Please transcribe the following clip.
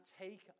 take